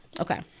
Okay